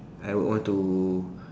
I would want to